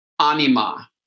anima